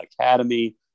Academy